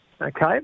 Okay